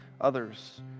others